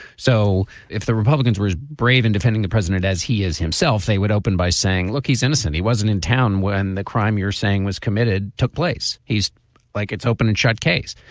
so if the republicans were brave in defending the president as he is himself, they would open by saying, look, he's innocent. he wasn't in town when the crime you're saying was committed took place. he's like, it's open and shut case.